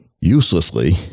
uselessly